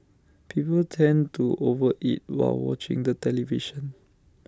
people tend to over eat while watching the television